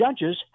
judges